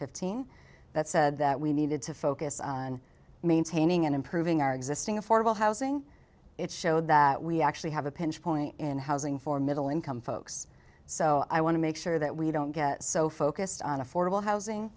fifteen that said that we needed to focus on maintaining and improving our existing affordable housing it showed that we actually have a pinch point in housing for middle income folks so i want to make sure that we don't get so focused on affordable housing